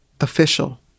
Official